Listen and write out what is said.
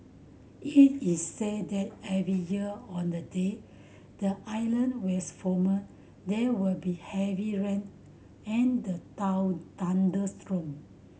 it is said that every year on the day the island was former there would be heavy rain and the thunderstorm